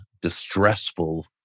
distressful